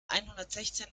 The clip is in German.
einhundertsechzehn